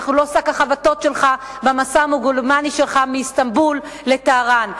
אנחנו לא שק החבטות שלך במסע המגלומני שלך מאיסטנבול לטהרן.